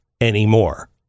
anymore